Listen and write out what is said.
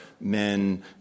men